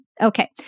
Okay